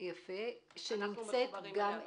אנחנו מחוברים אליה.